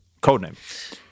Codename